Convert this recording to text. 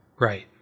Right